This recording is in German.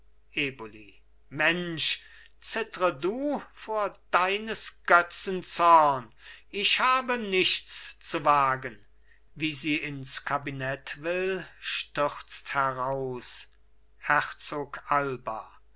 eboli mensch zittre du vor deines götzen zorn ich habe nichts zu wagen wie sie ins kabinett will stürzt heraus herzog alba